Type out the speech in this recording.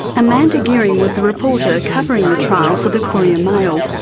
amanda geering was the reporter covering the trial for the courier mail.